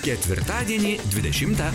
ketvirtadienį dvidešimtą